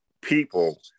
people